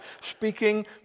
speaking